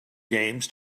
games